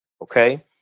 okay